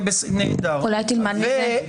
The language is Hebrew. אולי תלמד מהם.